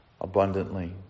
abundantly